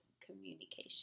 communication